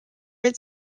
its